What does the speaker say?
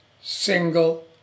single